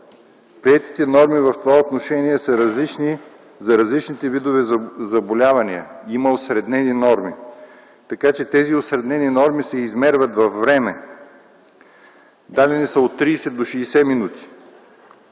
Приетите норми в това отношение са различни за различните видове заболявания. Има осреднени норми. Те се измерват във време. Дадени са от 30 до 60 минути.